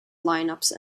lineups